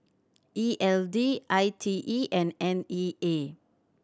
E L D I T E and N E A